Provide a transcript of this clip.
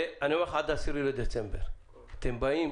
ואני אומר לך, עד 10 בדצמבר אתם באים